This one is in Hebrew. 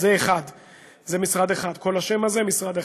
כל השם הזה זה משרד אחד,